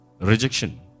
Rejection